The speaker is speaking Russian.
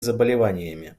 заболеваниями